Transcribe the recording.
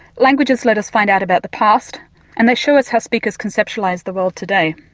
languages let us find out about the past and they show us how speakers conceptualise the world today.